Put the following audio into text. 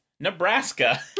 Nebraska